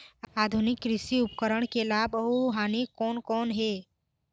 आधुनिक कृषि उपकरण के लाभ अऊ हानि कोन कोन हे?